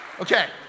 Okay